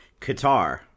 Qatar